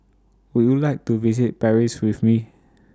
Would YOU like to visit Paris with Me